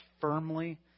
firmly